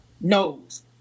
knows